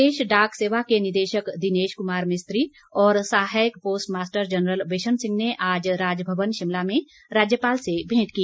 प्रदेश डाक सेवा के निदेशक दिनेश कुमार मिस्त्री और सहायक post master general Bishan Singh ने आज राजभवन शिमला में राज्यपाल से भेंट की